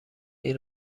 این